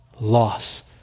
loss